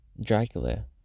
Dracula